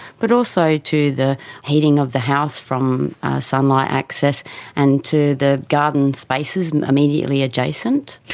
but also to the heating of the house from sunlight access and to the garden spaces immediately adjacent.